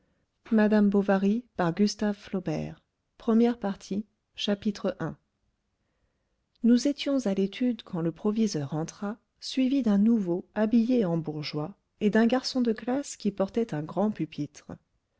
première partie i nous étions à l'étude quand le proviseur entra suivi d'un nouveau habillé en bourgeois et d'un garçon de classe qui portait un grand pupitre